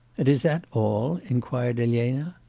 and is that all inquired elena.